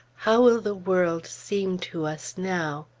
how will the world seem to us now?